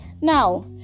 Now